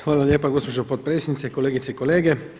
Hvala lijepa gospođo potpredsjednice, kolegice i kolege.